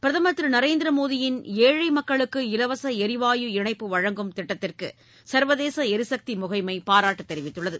பிரதமர் திரு நரேந்திர மோடியின் ஏழை மக்களுக்கு இலவச எரிவாயு இணைப்புவழங்கும் திட்டத்திற்கு சர்வதேச எரிசக்தி முகமை பாராட்டு தெரிவித்துள்ளது